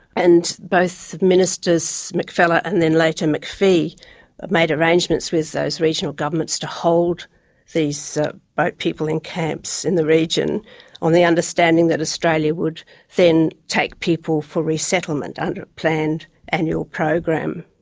and both ministers, mckellar, and then later mcphee, had made arrangements with those regional governments to hold these boat people in camps in the region on the understanding that australia would then take people for resettlement under a planned annual program.